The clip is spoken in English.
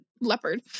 leopard